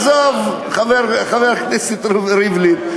עזוב, חבר הכנסת רובי ריבלין.